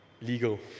legal